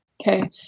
Okay